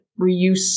reuse